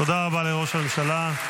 תודה רבה לראש הממשלה.